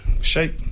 shape